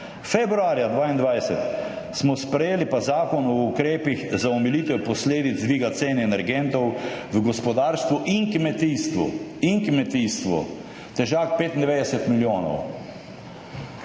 Februarja 2022 smo pa sprejeli Zakon o ukrepih za omilitev posledic dviga cen energentov v gospodarstvu in kmetijstvu, težak 95 milijonov.